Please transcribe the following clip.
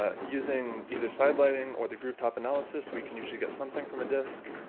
ah using either side lighting or the groove top analysis we can usually get something from a disc,